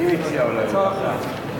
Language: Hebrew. הצעה אחרת.